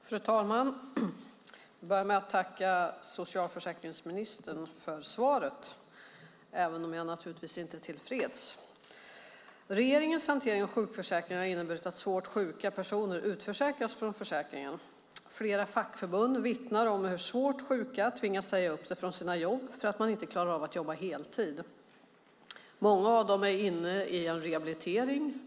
Fru talman! Jag börjar med att tacka socialförsäkringsministern för svaret, även om jag naturligtvis inte är tillfreds. Regeringens hantering av sjukförsäkringen har inneburit att svårt sjuka personer utförsäkras från försäkringen. Flera fackförbund vittnar om hur svårt sjuka tvingas säga upp sig från sina jobb för att de inte klarar av att jobba heltid. Många av dem är inne i en rehabilitering.